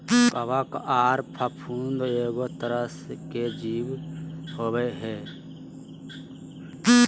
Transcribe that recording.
कवक आर फफूंद एगो तरह के जीव होबय हइ